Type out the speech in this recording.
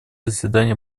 заседания